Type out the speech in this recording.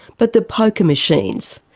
but the poker machines.